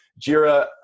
Jira